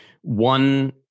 one